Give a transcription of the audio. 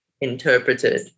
interpreted